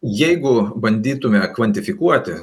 jeigu bandytume kvantifikuoti